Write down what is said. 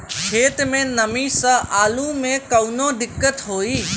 खेत मे नमी स आलू मे कऊनो दिक्कत होई?